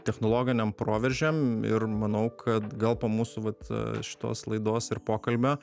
technologiniam proveržiam ir manau kad gal po mūsų vat šitos laidos ir pokalbio